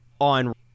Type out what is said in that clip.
on